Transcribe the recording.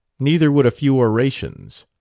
neither would a few orations.